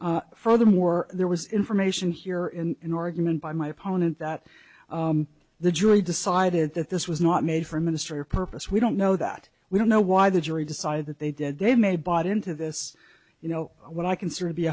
furthermore there was information here in in oregon by my opponent that the jury decided that this was not made for ministry or purpose we don't know that we don't know why the jury decided that they did they made bought into this you know what i consider t